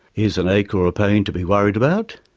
is an ache or a pain to be worried about?